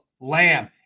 Lamb